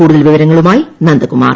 കൂടുതൽ വിവരങ്ങളുമായി നന്ദകുമാർ